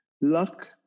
luck